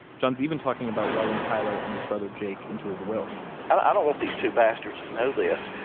john's even talking about writing tyler and his brother jake into his will i don't want these two bastards to know this,